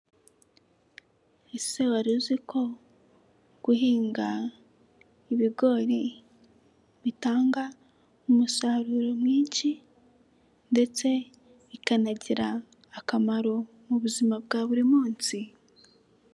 Ese wari uzi ko guhinga ibigori bitanga umusaruro mwinshi ndetse bikanagira akamaro mu buzima bwa buri munsi?